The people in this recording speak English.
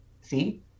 see